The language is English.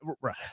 Right